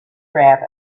arab